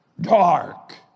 dark